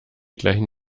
gleichen